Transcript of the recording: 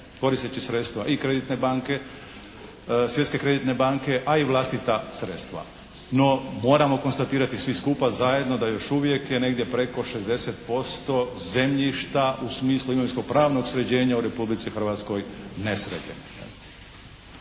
koristeći sredstva i kreditne banke, Svjetske kreditne banke a i vlastita sredstva. No moramo konstatirati svi skupa zajedno da još uvijek je negdje preko 60% zemljišta u smislu imovinsko-pravnog sređenja u Republici Hrvatskoj nesređeno.